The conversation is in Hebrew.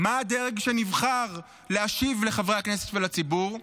מה הדרג שנבחר להשיב לחברי הכנסת ולציבור?